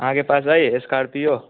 अहाँकेँ पास अइ स्कॉर्पीओ